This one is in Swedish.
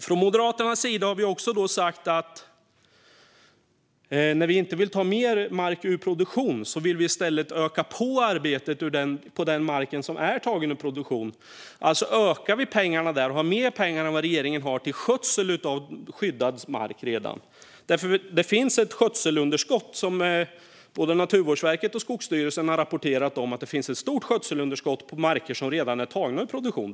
Från Moderaternas sida har vi också sagt att när vi inte vill ta mer mark ur produktion vill vi i stället öka arbetet på den mark som är tagen ur produktion. Alltså ökar vi pengarna där och har mer pengar än regeringen har till skötsel av redan skyddad mark, för det finns ett skötselunderskott. Både Naturvårdsverket och Skogsstyrelsen har rapporterat att det finns ett stort skötselunderskott på marker som redan är tagna ur produktion.